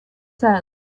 sand